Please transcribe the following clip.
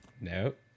Nope